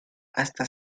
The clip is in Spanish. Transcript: hasta